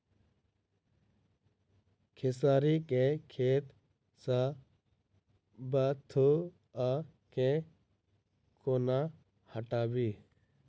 खेसारी केँ खेत सऽ बथुआ केँ कोना हटाबी